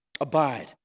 abide